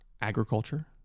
agriculture